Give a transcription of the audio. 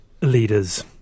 leaders